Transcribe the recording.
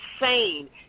insane